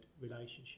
relationship